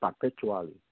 perpetually